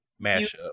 mashup